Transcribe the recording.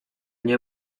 nie